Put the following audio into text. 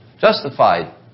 Justified